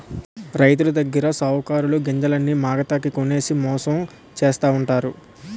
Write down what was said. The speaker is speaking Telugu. రైతులదగ్గర సావుకారులు గింజల్ని మాగతాకి కొనేసి మోసం చేస్తావుంటారు